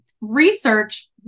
research